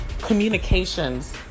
communications